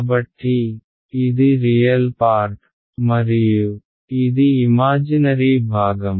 కాబట్టి ఇది real part మరియు ఇది ఇమాజినరీ భాగం